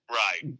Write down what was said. right